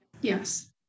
Yes